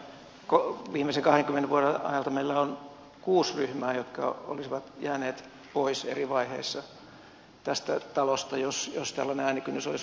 ja viimeisen kahdenkymmenen vuoden ajalta meillä on kuusi ryhmää jotka eri vaiheissa olisivat jääneet pois tästä talosta jos tällainen äänikynnys olisi ollut olemassa